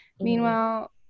Meanwhile